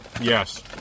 Yes